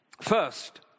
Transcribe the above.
First